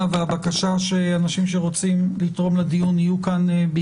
והבקשה שאנשים שרוצים לתרום לדיון יהיו כאן.